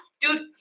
dude